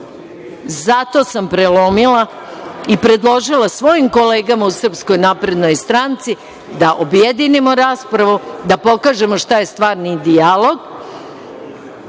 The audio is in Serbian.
sam prelomila i predložila svojim kolegama u Srpskoj naprednoj stranci da objedinimo raspravu, da pokažemo šta je stvarni dijalog.